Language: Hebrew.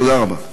תודה רבה.